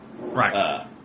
Right